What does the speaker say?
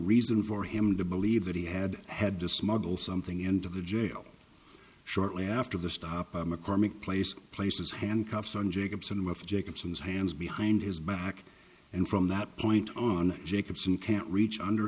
reason for him to believe that he had had to smuggle something into the jail shortly after the stop mccormick place places handcuffs on jacobson with jacobson's hands behind his back and from that point on jacobson can't reach under